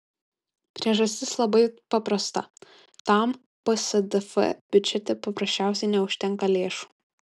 priežastis labai paprasta tam psdf biudžete paprasčiausiai neužtenka lėšų